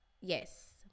Yes